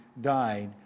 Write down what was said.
died